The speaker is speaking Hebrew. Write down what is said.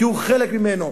תהיו חלק ממנו,